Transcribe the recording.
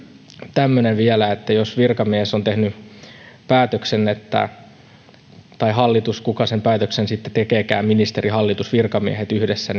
tämmöinen vielä että jos virkamies on tehnyt päätöksen tai hallitus kuka sen päätöksen sitten tekeekään ministeri hallitus virkamiehet yhdessä